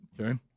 Okay